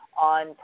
on